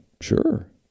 Sure